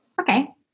Okay